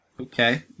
Okay